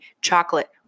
chocolate